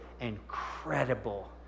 incredible